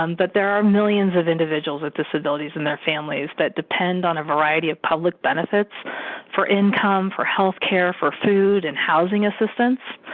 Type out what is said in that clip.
um but there are millions of individuals with disabilities and their families depend on a variety of public benefits for income, for healthcare, for food and housing assistance.